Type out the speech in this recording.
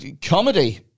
comedy